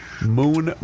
Moon